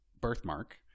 birthmark